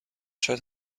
شاید